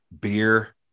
beer